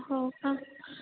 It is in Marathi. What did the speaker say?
हो का